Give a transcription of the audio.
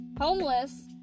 homeless